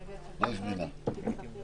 אני מתנצל